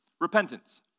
repentance